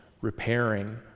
repairing